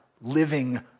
living